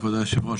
כבוד היושב-ראש,